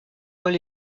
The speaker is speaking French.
paul